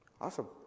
Awesome